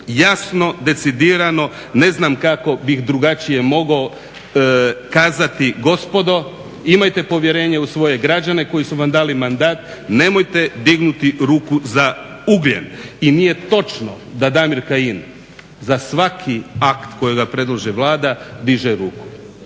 jasno, decidirano, ne znam kako bih drugačije mogao kazati. Gospodo, imajte povjerenja u svoje građane koji su vam dali mandat, nemojte dignuti ruku za ugljen. I nije točno da Damir Kajin za svaki akt kojega predloži Vlada diže ruku.